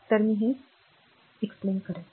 तर मी हे स्वच्छ करते